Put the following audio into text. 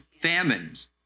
famines